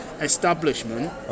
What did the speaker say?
Establishment